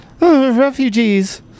refugees